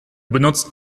benutzt